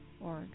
org